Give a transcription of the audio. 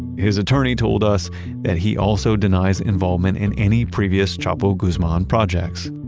his attorney told us that he also denies involvement in any previous chapo guzman projects.